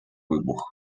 вибух